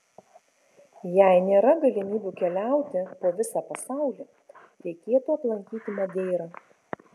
jei nėra galimybių keliauti po visą pasaulį reikėtų aplankyti madeirą